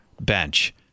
bench